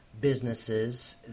businesses